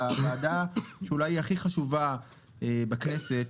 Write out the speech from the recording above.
בוועדה שהיא אולי הכי חשובה בכנסת,